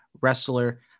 wrestler